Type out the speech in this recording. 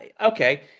Okay